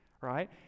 right